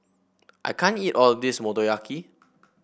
I can't eat all of this Motoyaki